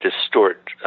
distort